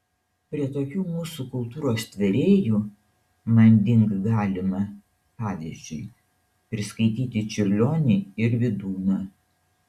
prie tokių mūsų kultūros tvėrėjų manding galima pavyzdžiui priskaityti čiurlionį ir vydūną